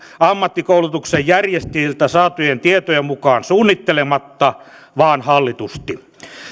ammattikoulutuksen järjestäjiltä saatujen tietojen mukaan se ei tapahdu suunnittelematta vaan hallitusti